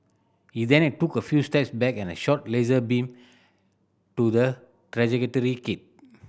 he then and took a few steps back and shot laser beam to the trajectory kit